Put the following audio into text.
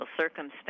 circumstance